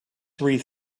wreath